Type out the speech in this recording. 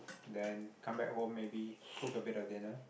then come back home maybe cook a bit of dinner